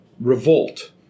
revolt